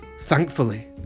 Thankfully